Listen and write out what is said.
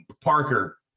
Parker